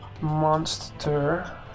monster